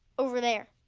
over there?